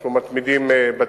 אנחנו מתמידים בטיפול.